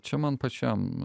čia man pačiam